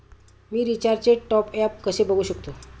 मी रिचार्जचे टॉपअप कसे बघू शकतो?